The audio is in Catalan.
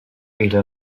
era